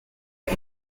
and